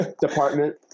department